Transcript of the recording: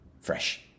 fresh